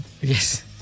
yes